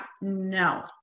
no